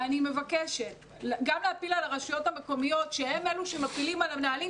גם להטיל על הרשויות המקומיות כשהן אלו שמפילים על המנהלים,